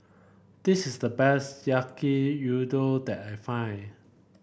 this is the best Yaki Udon that I find